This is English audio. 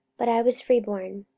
but i was free born.